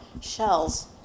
shells